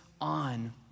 on